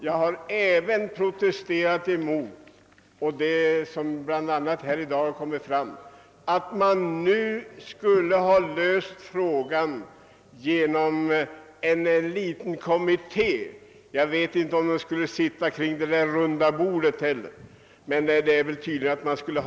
Jag har även protesterat mot vilket bl.a. föreslagits här i dag — att denna fråga och liknande frågor i andra sammanhang skulle ha lösts av en liten kommitté. Jag vet inte om den kommittén skulle sitta omkring det omtalade runda bordet, men man har väl tänkt sig något i den stilen.